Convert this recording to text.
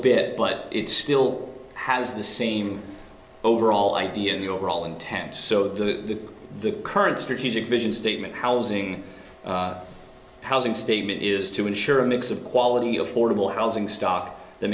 bit but it still has the same overall idea of the overall intent so that the current strategic vision statement housing housing statement is to ensure a mix of quality affordable housing stock th